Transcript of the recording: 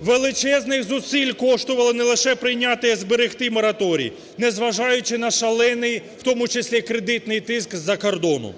Величезних зусиль коштувало не лише прийняти, а і зберегти мораторій, незважаючи на шалений, у тому числі кредитний тиск з-за кордону.